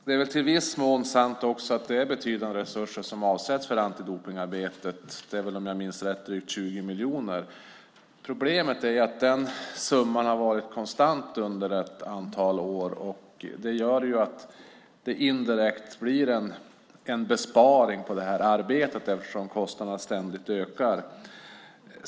Det är också i viss mån sant att det är betydande resurser som avsätts för antidopningsarbetet. Det är om jag minns rätt drygt 20 miljoner. Problemet är att den summan har varit konstant under ett antal år. Det gör att det indirekt blir en besparing på arbetet, eftersom kostnaderna ständigt ökar.